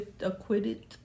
acquitted